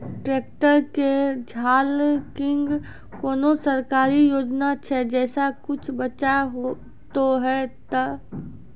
Tractor के झाल किंग कोनो सरकारी योजना छ जैसा कुछ बचा तो है ते?